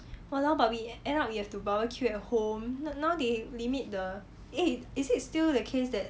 !walao! but we end up we have to barbecue at home now they limit the eh is it still the case that